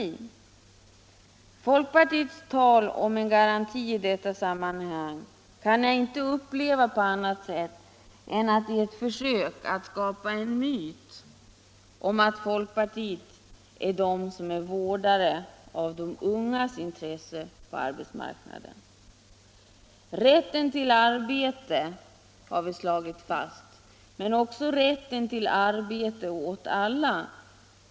Jag kan inte uppleva folkpartiets tal om en garanti i detta sammanhang på annat sätt än att det är ett försök att skapa en myt om folkpartiet som vårdare av de ungas intressen på arbetsmarknaden. Rätten till arbete har vi slagit fast, men det gäller rätten till arbete åt alla.